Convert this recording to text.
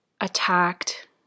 attacked